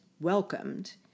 welcomed